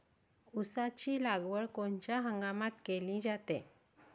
ऊसाची लागवड कोनच्या हंगामात केली जाते?